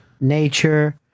Nature